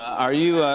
are you